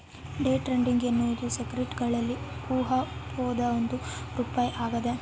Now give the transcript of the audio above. day trading ಎನ್ನುವುದು ಸೆಕ್ಯುರಿಟಿಗಳಲ್ಲಿನ ಊಹಾಪೋಹದ ಒಂದು ರೂಪ ಆಗ್ಯದ